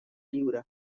lliure